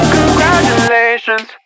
Congratulations